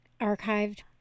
archived